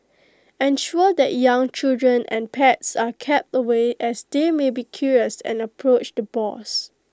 ensure that young children and pets are kept away as they may be curious and approach the boars